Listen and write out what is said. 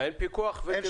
מה, אין שם פיקוח וטרינרי?